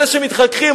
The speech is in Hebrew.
אלה שמתחככים,